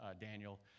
Daniel